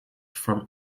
from